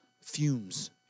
fumes